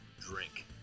drink